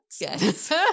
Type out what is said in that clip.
Yes